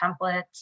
templates